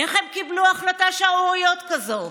איך הם קיבלו החלטה שערורייתית כזאת?